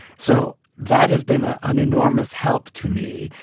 so that has been ah an enormous help to me.